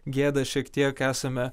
gėdą šiek tiek esame